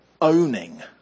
owning